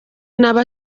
inabi